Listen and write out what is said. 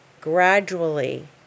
gradually